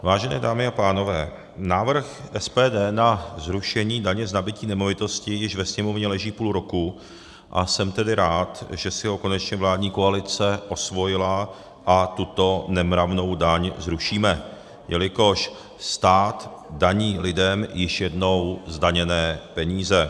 Vážené dámy a pánové, návrh SPD na zrušení daně z nabytí nemovitostí již ve Sněmovně leží půl roku, a jsem tedy rád, že si ho konečně vládní koalice osvojila a tuto nemravnou daň zrušíme, jelikož stát daní lidem již jednou zdaněné peníze.